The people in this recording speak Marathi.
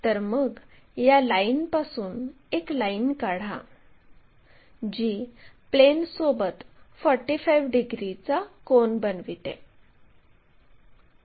तर मग या लाईनपासून एक लाईन काढा जी प्लेनसोबत 45 डिग्रीचा कोन बनविते